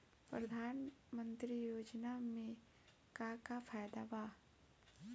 प्रधानमंत्री योजना मे का का फायदा बा?